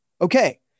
okay